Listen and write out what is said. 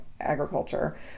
agriculture